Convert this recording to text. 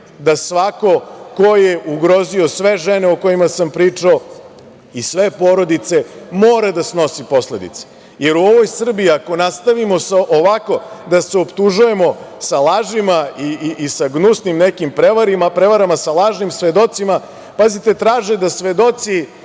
da svako ko je ugrozio sve žene o kojima sam pričao i sve porodice, mora da snosi posledice, jer u ovoj Srbiji ako nastavimo ovako, da se optužujemo sa lažima, i sa gnusnim prevarama i sa lažnim svedocima, pazite, traže da svedoci